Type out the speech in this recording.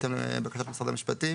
בהתאם לבקשת משרד המשפטים